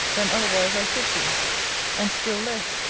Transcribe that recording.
than otherwise i should do and still less,